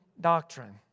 doctrine